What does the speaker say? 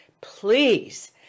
please